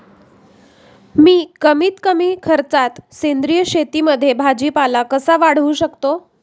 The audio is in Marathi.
मी कमीत कमी खर्चात सेंद्रिय शेतीमध्ये भाजीपाला कसा वाढवू शकतो?